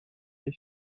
les